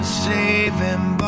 saving